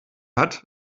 hat